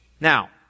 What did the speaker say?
Now